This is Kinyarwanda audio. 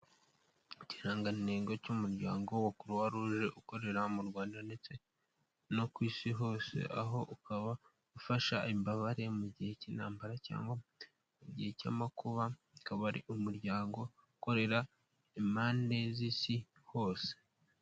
Ikirangantego cy'umuryango wa Croix Rouge ukorera mu Rwanda ndetse no ku isi hose, aho ukaba ufasha imbabare mu gihe cy'intambara cyangwa igihe cy'amakuba, akaba ari umuryango ukorera impande z'isi hose.